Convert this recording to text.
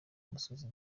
umusozi